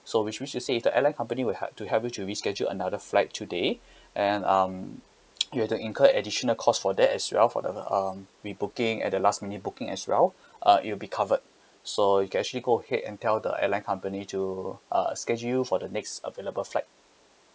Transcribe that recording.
so which which to say the airline company would had to help you to reschedule another flight today and um you had to incur additional cost for that as well for the um rebooking at the last minute booking as well uh it will be covered so you can actually go ahead and tell the airline company to uh schedule for the next available flight